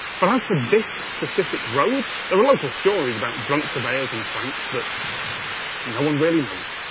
but as for this specific road? there are local stories about drunk surveyors and pranks, but no one really knows.